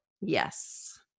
yes